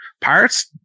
Pirates